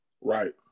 Right